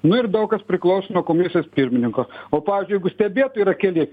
nu ir daug kas priklauso nuo komisijos pirmininko o pavyzdžiui jeigu stebėtojai yra keli